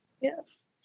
Yes